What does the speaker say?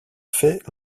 fait